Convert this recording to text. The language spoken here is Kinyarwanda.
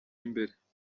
imbere